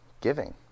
giving